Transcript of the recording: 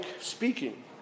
speaking